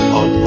on